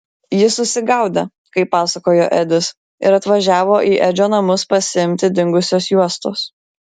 jis susigaudę kaip pasakojo edis ir atvažiavo į edžio namus pasiimti dingusios juostos